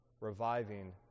reviving